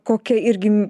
kokia irgi